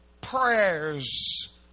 prayers